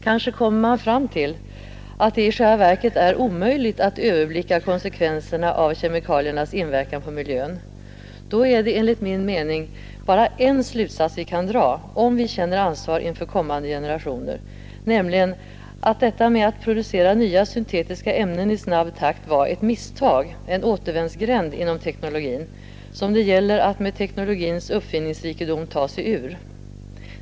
Kanske kommer man fram till att det i själva verket är omöjligt att överblicka konsekvenserna av kemikaliernas inverkan på miljön. Då är det enligt min mening bara en slutsats vi kan dra, om vi känner ansvar inför kommande generationer, nämligen att detta med att producera nya syntetiska ämnen i snabb takt var ett misstag, en återvändsgränd inom teknologin, som det gäller att med teknologins uppfinningsrikedom ta sig ur.